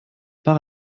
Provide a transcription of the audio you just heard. par